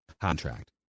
contract